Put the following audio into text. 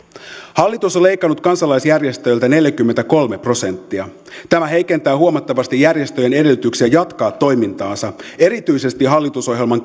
hallitus on leikannut kansalaisjärjestöiltä neljäkymmentäkolme prosenttia tämä heikentää huomattavasti järjestöjen edellytyksiä jatkaa toimintaansa erityisesti hallitusohjelman